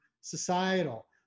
societal